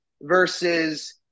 versus